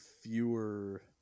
fewer